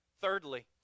Thirdly